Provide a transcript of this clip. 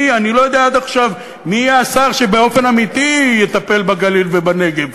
אני לא יודע עד עכשיו מי יהיה השר שבאופן אמיתי יטפל בגליל ובנגב,